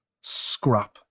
scrap